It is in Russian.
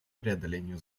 преодолению